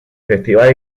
festival